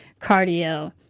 cardio